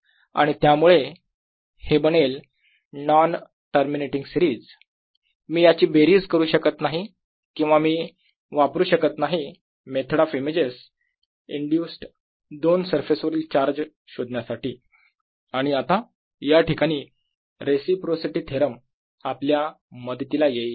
आणि त्यामुळे हे बनेल नॉन टर्मिनेटिंग सिरीज मी याची बेरीज करू शकत नाही किंवा मी वापरू शकत नाही मेथड ऑफ इमेजेस इंड्यूस्ड दोन सरफेस वरील चार्ज शोधण्यासाठी आणि आता या ठिकाणी रेसिप्रोसिटी थेरम आपल्या मदतीला येईल